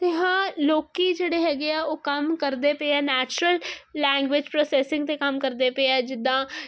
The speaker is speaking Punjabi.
ਤੇ ਹਾਂ ਲੋਕੀ ਜਿਹੜੇ ਹੈਗੇ ਆ ਉਹ ਕੰਮ ਕਰਦੇ ਪਏ ਆ ਨੈਚਰਲ ਲੈਂਗੁਏਜ ਪ੍ਰੋਸੈਸਿੰਗ ਤੇ ਕੰਮ ਕਰਦੇ ਪਏ ਆ ਜਿੱਦਾਂ